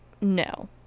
no